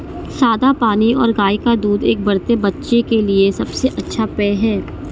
सादा पानी और गाय का दूध एक बढ़ते बच्चे के लिए सबसे अच्छा पेय हैं